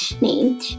name